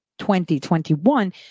2021